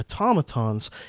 automatons